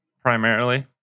primarily